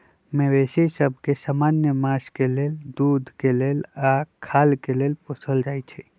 मवेशि सभ के समान्य मास के लेल, दूध के लेल आऽ खाल के लेल पोसल जाइ छइ